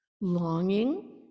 longing